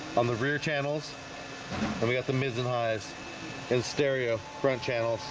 on the rear channels we got the mids and highs and stereo front channels